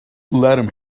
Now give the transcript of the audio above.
letting